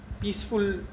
peaceful